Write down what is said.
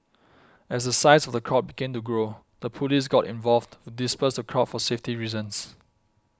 as the size of the crowd began to grow the police got involved to disperse the crowd for safety reasons